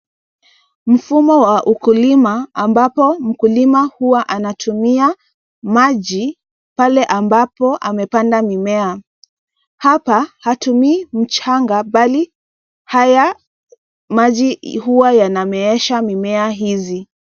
Mfumo wa ukulima ambapo mkulima ana tumia maji pale ambapo ame panda mimea, hapa hatumii mchanga bali haya maji huwa yana meesha mimea hizi.